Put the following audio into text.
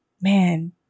Man